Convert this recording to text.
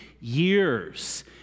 years